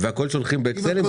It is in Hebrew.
והכול שולחים באקסלים,